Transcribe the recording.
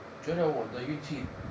觉得我的运气